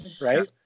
right